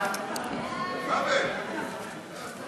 כהצעת